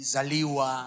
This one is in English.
Zaliwa